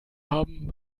haben